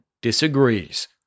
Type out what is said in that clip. disagrees